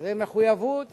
זה מחויבות